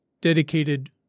dedicated